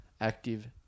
Active